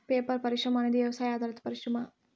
paper పరిశ్రమ అనేది వ్యవసాయ ఆధారిత పరిశ్రమ